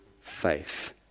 faith